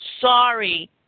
Sorry